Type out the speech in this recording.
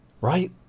Right